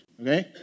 okay